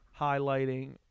highlighting